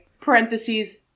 parentheses